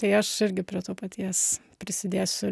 tai aš irgi prie to paties prisidėsiu